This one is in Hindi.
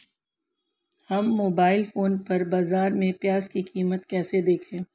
हम मोबाइल फोन पर बाज़ार में प्याज़ की कीमत कैसे देखें?